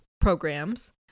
programs